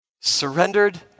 Surrendered